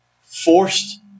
forced